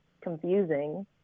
confusing